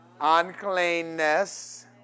Uncleanness